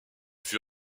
fut